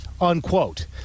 unquote